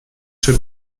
czy